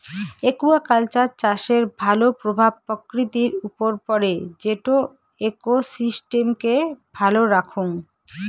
aquaculture চাষের ভাল প্রভাব প্রকৃতির উপর পড়ে যেটো ইকোসিস্টেমকে ভালো রাখঙ